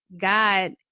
God